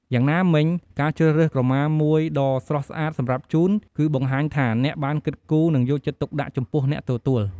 យ៉ាងណាមិញ ការជ្រើសរើសក្រមាមួយដ៏ស្រស់ស្អាតសម្រាប់ជូន គឺបង្ហាញថាអ្នកបានគិតគូរ និងយកចិត្តទុកដាក់ចំពោះអ្នកទទួល។